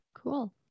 Cool